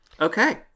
Okay